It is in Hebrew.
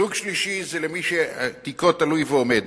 סוג שלישי זה למי שתיקו תלוי ועומד.